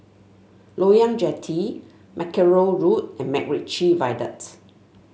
Loyang Jetty Mackerrow Road and MacRitchie Viaduct